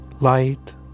light